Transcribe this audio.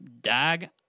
Dag